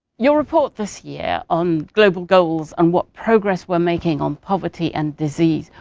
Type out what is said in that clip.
your report this year on global goals and what progress we're making on poverty and disease.